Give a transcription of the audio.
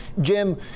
Jim